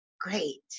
great